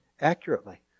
accurately